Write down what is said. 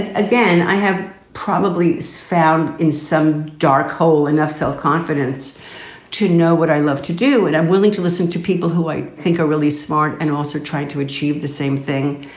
again, i have probably is found in some dark hole, enough self-confidence to know what i love to do. and i'm willing to listen to people who i think are really smart and also trying to achieve the same thing.